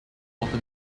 water